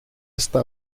esta